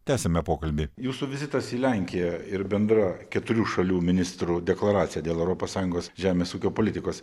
tęsiame pokalbį jūsų vizitas į lenkiją ir bendra keturių šalių ministrų deklaracija dėl europos sąjungos žemės ūkio politikos